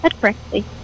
correctly